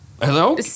Hello